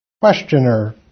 Questioner